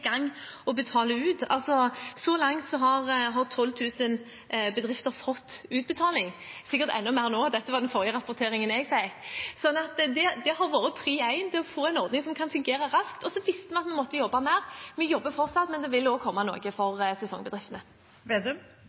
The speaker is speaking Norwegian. den forrige rapporteringen jeg fikk. Det har vært prioritet nummer én å få en ordning som kan fungere raskt, men vi visste at vi måtte jobbe mer. Vi jobber fortsatt, og det vil komme noe for sesongbedriftene også. Det åpnes for oppfølgingsspørsmål – først Trygve Slagsvold Vedum.